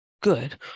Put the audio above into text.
Good